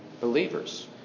believers